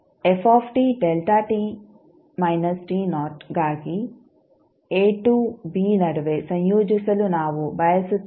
ಗಾಗಿ a to b ನಡುವೆ ಸಂಯೋಜಿಸಲು ನಾವು ಬಯಸುತ್ತೇವೆ